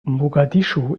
mogadischu